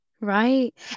right